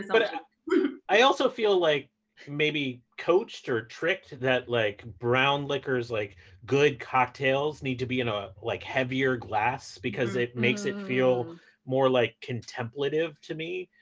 but i also feel like maybe coached or tricked that like brown liquors, like good cocktails need to be in a like heavier glass, because it makes it feel more like contemplative to me.